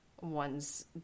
one's